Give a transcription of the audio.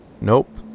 Nope